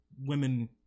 women